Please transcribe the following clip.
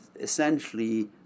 essentially